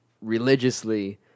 religiously